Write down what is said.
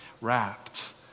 wrapped